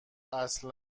اصل